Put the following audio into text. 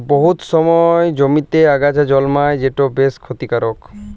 বহুত সময় জমিতে আগাছা জল্মায় যেট বেশ খ্যতিকারক